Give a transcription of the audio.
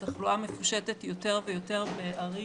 התחלואה מפושטת יותר ויותר ערים,